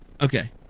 okay